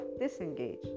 disengage